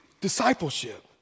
discipleship